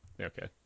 Okay